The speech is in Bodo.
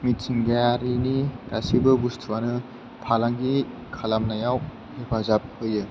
मिथिंगायारिनि गासैबो बुस्तुआनो फालांगि खालामनायाव हेफाजाब होयो